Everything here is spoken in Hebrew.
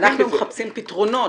אנחנו מבקשים פתרונות.